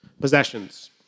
possessions